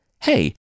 hey